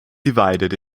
divided